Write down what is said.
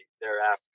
thereafter